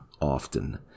often